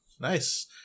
Nice